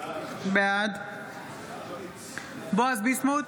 בעד בועז ביסמוט,